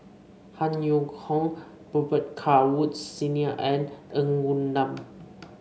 Han Yong Hong Robet Carr Woods Senior and Ng Woon Lam